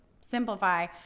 simplify